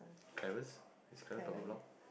Clarence is Clarence block block block